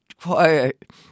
quiet